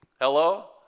Hello